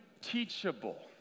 teachable